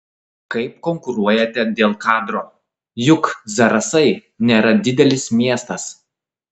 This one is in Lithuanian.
kaip konkuruojate dėl kadro juk zarasai nėra didelis miestas